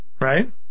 Right